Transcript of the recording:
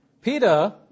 Peter